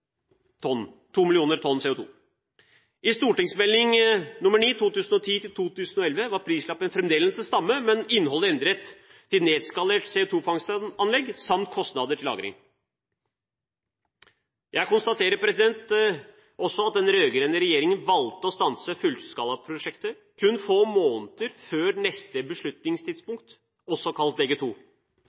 tonn CO2. I Meld. St. 9 for 2010–2011 var prislappen fremdeles den samme, men innholdet endret til nedskalert CO2-fangstanlegg samt kostnader til lagring. Jeg konstaterer også at den rød-grønne regjeringen valgte å stanse fullskalaprosjektet kun få måneder før neste beslutningstidspunkt, også kalt DG2. På dette stadiet ville man fått et nytt og